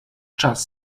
czas